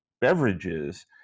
beverages